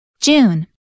June